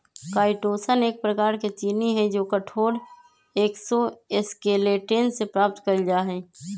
chitosan एक प्रकार के चीनी हई जो कठोर एक्सोस्केलेटन से प्राप्त कइल जा हई